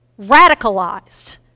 radicalized